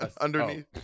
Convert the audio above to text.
underneath